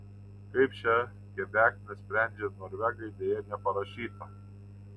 kaip šią kebeknę sprendžia norvegai deja neparašyta